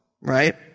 Right